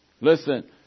Listen